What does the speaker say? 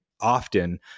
often